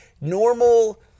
Normal